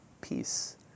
peace